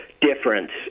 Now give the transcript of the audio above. difference